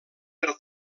per